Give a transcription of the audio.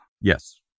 Yes